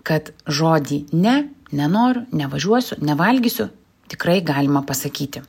kad žodį ne nenoriu nevažiuosiu nevalgysiu tikrai galima pasakyti